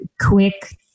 quick